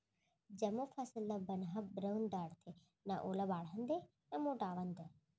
जमो फसल ल बन ह रउंद डारथे, न ओला बाढ़न दय न मोटावन दय